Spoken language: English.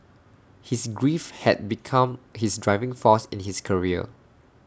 his grief had become his driving force in his career